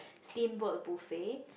steamboat buffet